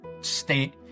state